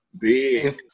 Big